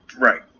Right